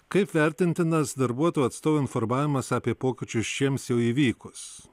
kaip vertintinas darbuotojų atstovų informavimas apie pokyčius šiems jau įvykus